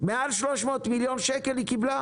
היא קיבלה יותר מ-300 מיליון שקל,